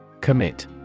Commit